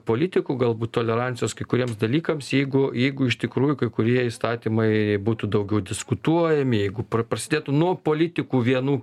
politikų galbūt tolerancijos kai kuriems dalykams jeigu jeigu iš tikrųjų kai kurie įstatymai būtų daugiau diskutuojami jeigu prasidėtų nuo politikų vienų